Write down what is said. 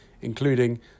including